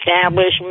establishment